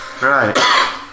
Right